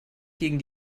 gegen